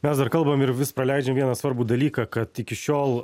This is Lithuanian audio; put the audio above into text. mes dar kalbam ir vis praleidžiam vieną svarbų dalyką kad iki šiol